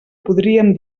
podríem